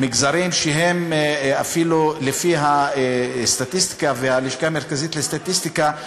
מגזרים שהם אפילו לפי הסטטיסטיקה והלשכה המרכזית לסטטיסטיקה,